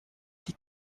die